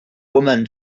woman